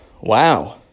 wow